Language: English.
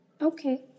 Okay